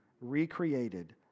recreated